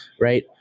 right